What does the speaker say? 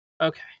Okay